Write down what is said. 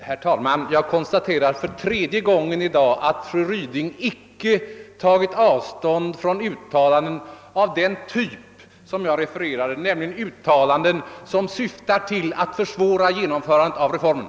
Herr talman! Jag konstaterar för tredje gången i dag att fru Ryding icke tagit avstånd från uttalanden av den typ jag refererat, nämligen uttalanden som syftar till att försvåra genomförandet av reformen.